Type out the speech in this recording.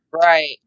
Right